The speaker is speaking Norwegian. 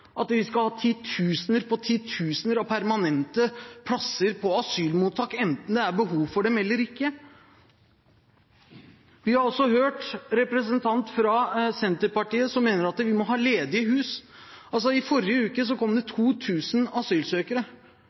at vi skal ha titusener på titusener av permanente plasser på asylmottak enten det er behov for dem eller ikke? Vi har også hørt en representant fra Senterpartiet som mener at vi må ha ledige hus. I forrige uke kom det 2 000 asylsøkere.